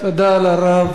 תודה רבה